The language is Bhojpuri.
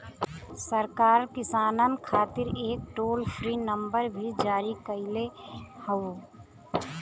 सरकार किसानन खातिर एक टोल फ्री नंबर भी जारी कईले हउवे